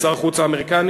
שר החוץ האמריקני,